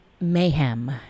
Mayhem